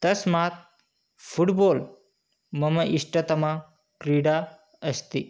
तस्मात् फ़ुड्बाल् मम इष्टतमा क्रीडा अस्ति